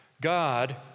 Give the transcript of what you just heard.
God